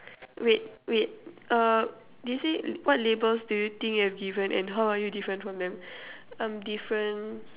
wait wait uh they say what labels do you think you have given and how are you different from them um different